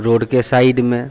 रोडके साइडमे